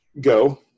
go